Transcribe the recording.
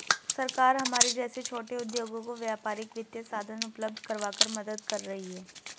सरकार हमारे जैसे छोटे उद्योगों को व्यापारिक वित्तीय साधन उपल्ब्ध करवाकर मदद कर रही है